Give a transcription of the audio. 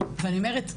ואני אומרת,